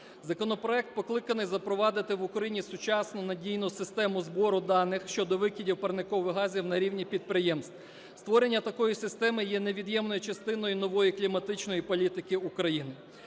Законопроект покликаний запровадити в Україні сучасну надійну систему збору даних щодо викидів парникових газів на рівні підприємств. Створення такої системи є невід'ємною частиною нової кліматичної політики України.